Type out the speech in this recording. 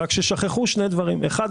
רק ששכחו שני דברים: אחד,